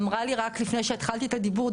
אמרה לי רק לפני שהתחלתי את הדיבור,